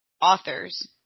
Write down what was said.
authors